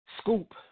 Scoop